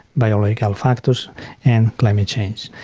biological factors and climate change,